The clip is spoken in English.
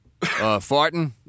farting